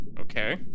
Okay